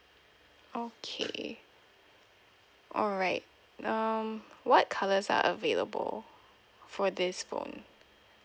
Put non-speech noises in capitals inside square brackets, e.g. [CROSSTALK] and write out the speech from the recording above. okay [NOISE] alright um what colours are available for this phone